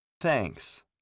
Thanks